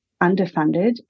underfunded